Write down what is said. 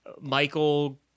Michael